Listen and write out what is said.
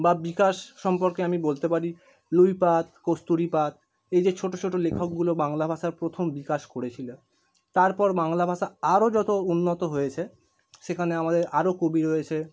বা বিকাশ সম্পর্কে আমি বলতে পারি লুইপাদ কস্তুরী পাদ এই যে ছোটো ছোটো লেখকগুলো বাংলা ভাষার প্রথম বিকাশ করেছিলো তারপর বাংলা ভাষা আরো যত উন্নত হয়েছে সেখানে আমাদের আরো কবি রয়েছে